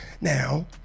Now